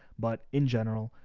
but in general,